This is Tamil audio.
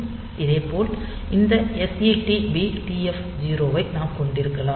இதேபோல் இந்த SETB TF0 ஐ நாம் கொண்டிருக்கலாம்